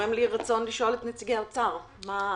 גורם לי רצון לשאול את נציגי האוצר מה קרה.